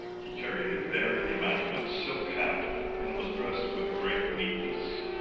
he carried a very immaculate silk hat and was dressed with great neatness.